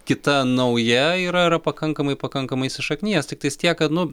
kita nauja yra yra pakankamai pakankamai įsišaknijęs tiktais tiek kad nu